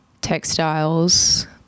textiles